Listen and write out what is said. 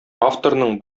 авторның